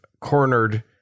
cornered